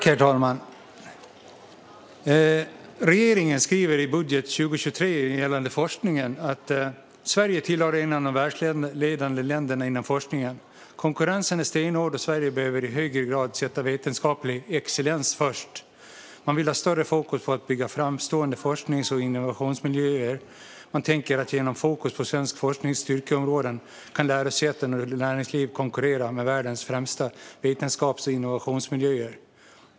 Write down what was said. Herr talman! Gällande forskningen skriver regeringen i sin budget för 2023 att Sverige hör till de världsledande länderna inom forskningen. Man skriver att konkurrensen är stenhård och att Sverige i högre grad behöver sätta vetenskaplig excellens först. Man vill ha större fokus på att bygga framstående forsknings och innovationsmiljöer. Man tänker att fokus på svensk forsknings styrkeområden gör att lärosäten och näringsliv kan konkurrera med världens främsta vetenskaps och innovationsmiljöer.